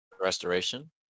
restoration